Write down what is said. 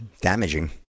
Damaging